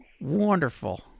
Wonderful